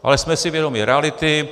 Ale jsme si vědomi reality.